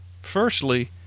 Firstly